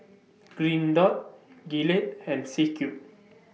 Green Dot Gillette and C Cube